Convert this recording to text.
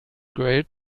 grey